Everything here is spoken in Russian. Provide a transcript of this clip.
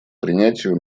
принятию